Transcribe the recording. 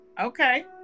okay